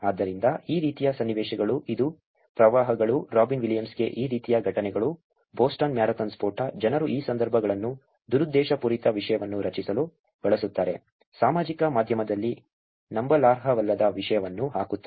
ಆದ್ದರಿಂದ ಈ ರೀತಿಯ ಸನ್ನಿವೇಶಗಳು ಇದು ಪ್ರವಾಹಗಳು ರಾಬಿನ್ ವಿಲಿಯಮ್ಸ್ಗೆ ಈ ರೀತಿಯ ಘಟನೆಗಳು ಬೋಸ್ಟನ್ ಮ್ಯಾರಥಾನ್ ಸ್ಫೋಟ ಜನರು ಈ ಸಂದರ್ಭಗಳನ್ನು ದುರುದ್ದೇಶಪೂರಿತ ವಿಷಯವನ್ನು ರಚಿಸಲು ಬಳಸುತ್ತಾರೆ ಸಾಮಾಜಿಕ ಮಾಧ್ಯಮದಲ್ಲಿ ನಂಬಲರ್ಹವಲ್ಲದ ವಿಷಯವನ್ನು ಹಾಕುತ್ತಾರೆ